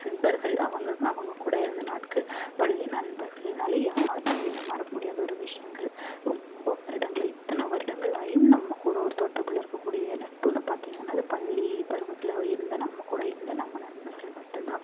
நண்பர்கள் அவங்க அவங்க கூட இருந்த நாட்கள் பள்ளி நண்பர்கள்ன்னாலே யாருன்னாலையுமே மறக்க முடியாத ஒரு விஷயங்கள் ரொம்ப வருடங்களாக இத்தன வருடங்கள் ஆயும் நம்ம கூட ஒரு தொடர்புள்ள இருக்க கூடிய நட்புன்னு பார்த்திங்கன்னா அது பள்ளி பருவத்தில் இருந்த நம்ம கூட இருந்த நம்ம நண்பர்கள் மட்டுந்தான்